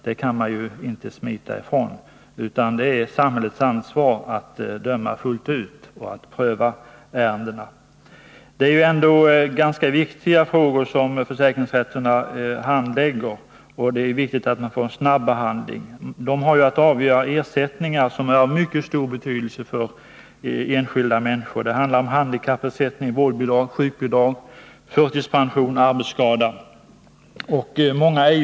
Det kan man inte smita ifrån, utan det är samhällets ansvar att döma fullt ut och att pröva ärendena. De frågor som försäkringsrätterna handlägger är ändå ganska viktiga, och det är viktigt att de får en snabb behandling; försäkringsrätterna har ju att avgöra ersättningar som har mycket stor betydelse för enskilda människor. Det handlar om handikappersättning, vårdbidrag, sjukbidrag, förtidspensioner och ersättningar för arbetsskador.